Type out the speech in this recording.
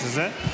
ולדימיר בליאק,